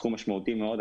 סכום משמעותי מאוד.